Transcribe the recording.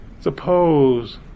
Suppose